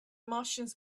martians